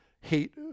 hate